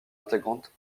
intégrante